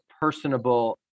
personable